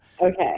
okay